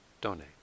donate